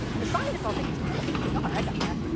and the scientists all think it's cool. they're like, oh, i got that.